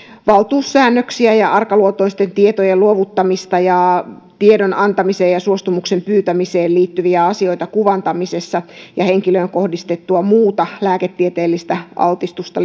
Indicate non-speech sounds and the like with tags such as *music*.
valtuussäännöksiä ja arkaluontoisten tietojen luovuttamista ja tiedon antamiseen ja suostumuksen pyytämiseen liittyviä asioita kuvantamisessa joka koskee henkilöön kohdistettua muuta lääketieteellistä altistusta *unintelligible*